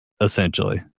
essentially